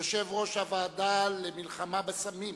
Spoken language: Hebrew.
יושב-ראש הוועדה למלחמה בסמים,